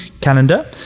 calendar